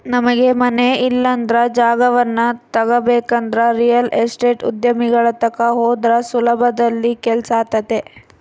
ನಮಗೆ ಮನೆ ಇಲ್ಲಂದ್ರ ಜಾಗವನ್ನ ತಗಬೇಕಂದ್ರ ರಿಯಲ್ ಎಸ್ಟೇಟ್ ಉದ್ಯಮಿಗಳ ತಕ ಹೋದ್ರ ಸುಲಭದಲ್ಲಿ ಕೆಲ್ಸಾತತೆ